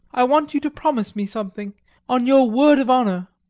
i want you to promise me something on your word of honour.